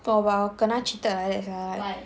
oh !wow! like kena cheated like that sia